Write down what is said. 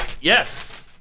Yes